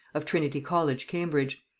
of trinity college cambridge.